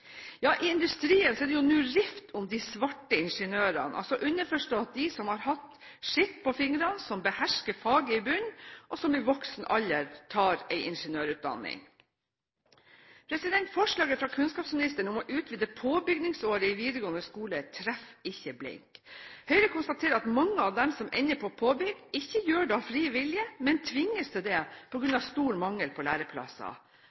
I industrien er det nå rift om de «svarte» ingeniørene – underforstått de som har hatt skitt på fingrene, som har faget i bunn og behersker det, og som i voksen alder tar en ingeniørutdanning. Forslaget fra kunnskapsministeren om å utvide påbyggingsåret i videregående skole treffer ikke blink. Høyre konstaterer at mange av dem som ender på påbygg, ikke gjør det av fri vilje, men tvinges til det på grunn av stor mangel på læreplasser.